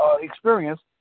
experience